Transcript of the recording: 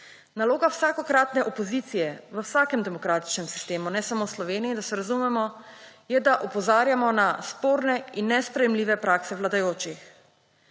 Naloga vsakokratne opozicije v vsakem demokratičnem sistemu, ne samo v Sloveniji, da se razumemo, je, da opozarjamo na sporne in nesprejemljive prakse vladajočih.